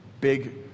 big